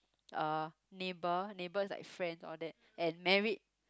uh neighbour neighbour is like friend all that and married